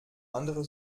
andere